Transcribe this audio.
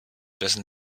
wessen